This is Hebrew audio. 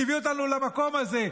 שהביא אותנו למקום הזה,